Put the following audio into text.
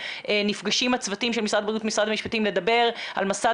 נפגשים הצוותים של משרד הבריאות ומשרד המשפטים לדבר על מסד